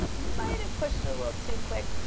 might have pushed it a little too quick,